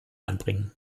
anbringen